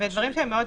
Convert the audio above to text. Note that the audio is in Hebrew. בדברים מאוד גדולים,